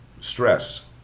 stress